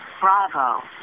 bravo